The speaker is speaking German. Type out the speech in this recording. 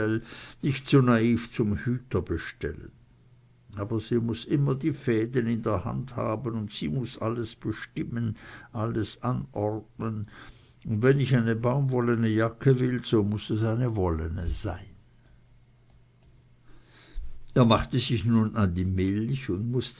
nicht so naiv zum hüter bestellen aber sie muß immer die fäden in der hand haben sie muß alles bestimmen alles anordnen und wenn ich eine baumwollene jacke will so muß es eine wollene sein er machte sich nun an die milch und mußte